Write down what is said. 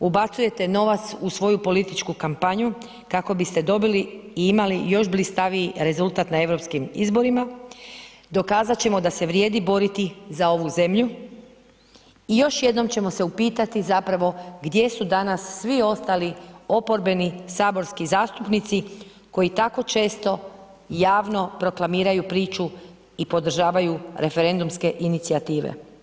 ubacujete novac u svoju političku kampanju kako biste dobili i imali još blistaviji rezultat na europskim izborima, dokazati ćemo da se vrijedi boriti za ovu zemlju i još jednom ćemo se upitati zapravo gdje su danas svi ostali oporbeni saborski zastupnici koji tako često i javno proklamiraju priču i podržavaju referendumske inicijative.